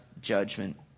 judgment